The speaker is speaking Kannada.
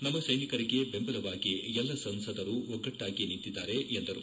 ನಮ್ಮ ಸೈನಿಕರಿಗೆ ಬೆಂಬಲವಾಗಿ ಎಲ್ಲ ಸಂಸದರು ಒಗ್ಗಟ್ಟಾಗಿ ನಿಂತಿದ್ದಾರೆ ಎಂದು ಹೇಳಿದ್ದಾರೆ